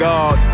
God